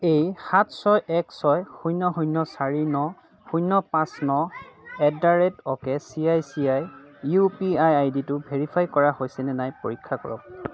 এই সাত ছয় এক ছয় শূন্য শূন্য চাৰি ন শূন্য পাঁচ ন at the rate O K C I C I U P I ID টো ভেৰিফাই কৰা হৈছে নে নাই পৰীক্ষা কৰক